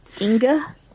Inga